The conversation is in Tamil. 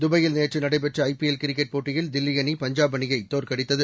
தபாயில் நேற்று நடைபெற்ற ஐ பி எல் கிரிக்கெட் போட்டியில் தில்லி அணி பஞ்சாப் அணியைத் தோற்கடித்தது